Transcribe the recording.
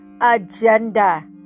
agenda